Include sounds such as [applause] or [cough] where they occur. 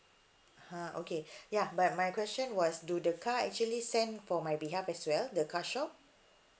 ha okay [breath] ya my my question was do the car actually send for my behalf as well the car shop